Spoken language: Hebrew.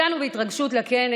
הגענו בהתרגשות לכנס,